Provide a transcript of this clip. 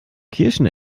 kirschen